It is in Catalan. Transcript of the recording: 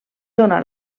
dóna